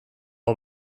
hau